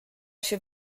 się